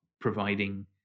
providing